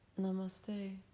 Namaste